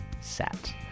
set